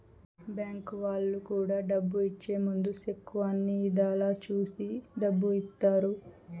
bank వాళ్ళు కూడా డబ్బు ఇచ్చే ముందు సెక్కు అన్ని ఇధాల చూసి డబ్బు ఇత్తారు